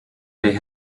they